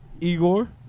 Igor